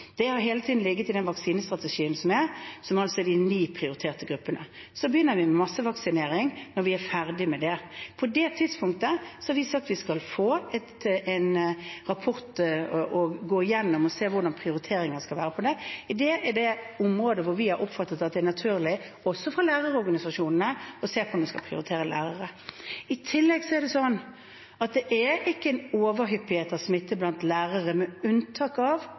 Det har hele tiden ligget i vaksinestrategien, som altså er de ni prioriterte gruppene. Så begynner vi med massevaksinering når vi er ferdig med det. På det tidspunktet har vi sagt at vi skal få en rapport og gå gjennom den og se hvordan prioriteringene skal være. Det er det området der vi har oppfattet, også fra lærerorganisasjonene, at det er naturlig å se på om vi skal prioritere lærere. I tillegg er det sånn at det ikke er en overhyppighet av smitte blant lærere, med unntak av